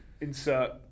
insert